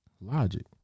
Logic